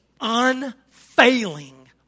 unfailing